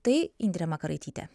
tai indrė makaraitytė